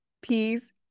peace